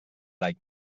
laic